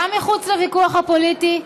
גם מחוץ לוויכוח הפוליטי,